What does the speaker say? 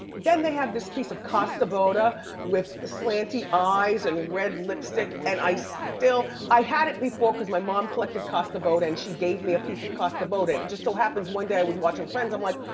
then they had this piece of kosta boda with slanty eyes and red lipstick and i still, i had it before cause my mom collected kosta boda and she gave me a piece of kosta boda and it just so happens one day i was watching friends i'm like,